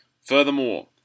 Furthermore